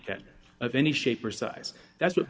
cat of any shape or size that's what